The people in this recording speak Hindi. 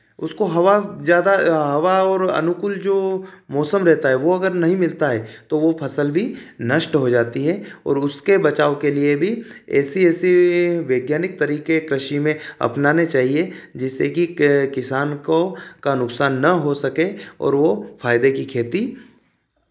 उसको हवा ज़्यादा हवा और अनुकूल जो मौसम रहता है वह अगर नहीं मिलता है तो वह फ़सल भी नष्ट हो जाती है और उसके बचाव के लिए भी ऐसे ऐसे वैज्ञानिक तरीके कृषि में अपनाने चाहिए जिससे कि क किसान को का नुकसान न हो सके और वह फ़ायदे की खेती